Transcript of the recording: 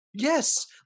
yes